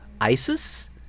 Isis